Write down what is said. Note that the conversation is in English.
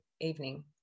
evening